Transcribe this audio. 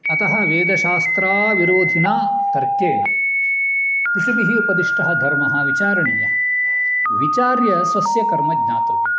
अतः वेदशास्त्राविरोधिना तर्केण ऋषिभिः उपदिष्टः धर्मः विचारणीयः विचार्य स्वस्य कर्म ज्ञातव्यम्